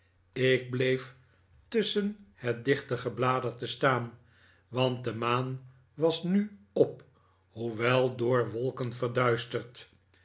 ik bleef tusschen het dichte gebladerte staan want de maan was nu op hoewel door wolken verduisterd